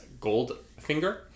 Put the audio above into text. Goldfinger